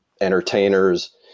entertainers